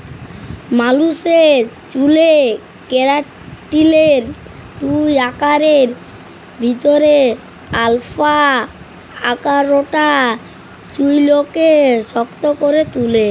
মালুসের চ্যুলে কেরাটিলের দুই আকারের ভিতরে আলফা আকারটা চুইলকে শক্ত ক্যরে তুলে